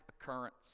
occurrence